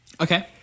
Okay